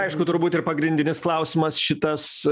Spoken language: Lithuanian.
aišku turbūt ir pagrindinis klausimas šitas